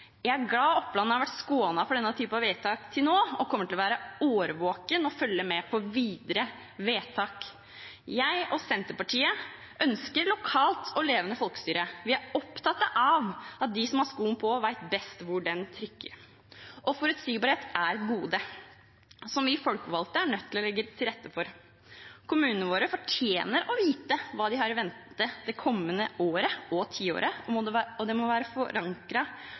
Jeg er glad Oppland har vært skånet for denne typen vedtak til nå, og kommer til å være årvåken og følge med på videre vedtak. Jeg og Senterpartiet ønsker et lokalt og levende folkestyre. Vi er opptatt av at de som har skoen på, best vet hvor den trykker. Forutsigbarhet er et gode som vi folkevalgte er nødt til å legge til rette for. Kommunene våre fortjener å vite hva de har i vente det kommende året og tiåret, og det må være